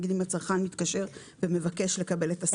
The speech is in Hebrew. נניח אם הצרכן מתקשר ומבקש לקבל את השיחה.